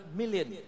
million